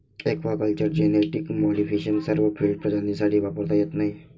aquaculture genetic modification सर्व field प्रजातींसाठी वापरता येत नाही